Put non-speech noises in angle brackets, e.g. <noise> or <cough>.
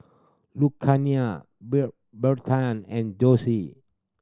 Luciana <unintelligible> Bertrand and Josie